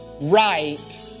right